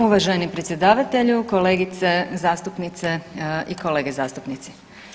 Uvaženi predsjedavatelju, kolegice zastupnice i kolege zastupnici.